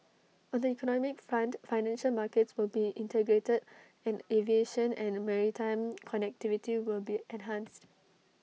on the economic front financial markets will be integrated and aviation and maritime connectivity will be enhanced